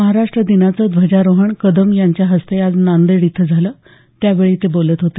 महाराष्ट दिनाचं ध्वजारोहण कदम यांच्या हस्ते आज नांदेड इथे झालं त्यावेळी ते बोलत होते